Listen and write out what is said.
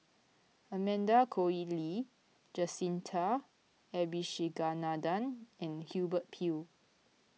Amanda Koe Lee Jacintha Abisheganaden and Hubert Hill